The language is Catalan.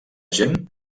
gent